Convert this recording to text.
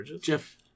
Jeff